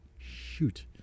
Shoot